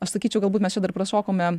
aš sakyčiau galbūt mes čia dar prašokome